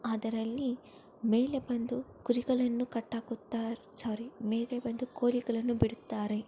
ಅದರಲ್ಲಿ ಮೇಲೆ ಬಂದು ಕುರಿಗಳನ್ನು ಕಟ್ಟಾಕುತ್ತಾರೆ ಸಾರಿ ಮೇಲೆ ಬಂದು ಕುರಿಗಳನ್ನು ಬಿಡುತ್ತಾರೆ